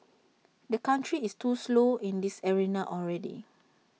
the country is too slow in this arena already